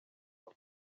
wawe